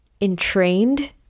entrained